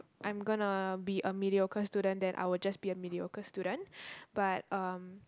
I'm gonna be a mediocre student then I will just be a mediocre student but um